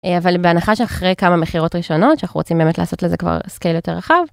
אה.. אבל בהנחה שאחרי כמה מכירות ראשונות שאנחנו רוצים באמת לעשות לזה כבר סקייל יותר רחב.